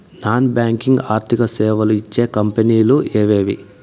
Non banking ఆర్థిక సేవలు ఇచ్చే కంపెని లు ఎవేవి?